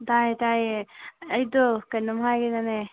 ꯇꯥꯏꯌꯦ ꯇꯥꯏꯌꯦ ꯑꯩꯗꯣ ꯀꯩꯅꯣꯝ ꯍꯥꯏꯅꯤꯡꯕꯅꯦ